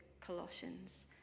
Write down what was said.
Colossians